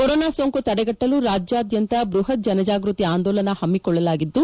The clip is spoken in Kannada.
ಕೊರೋನಾ ಸೋಂಕು ತಡೆಗಟ್ಟಲು ರಾಜ್ಯಾದ್ದಂತ ಬೃಹತ್ ಜನಜಾಗೃತಿ ಆಂದೋಲನಾ ಹಮ್ನಿಕೊಳ್ಳಲಾಗಿದ್ದು